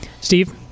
Steve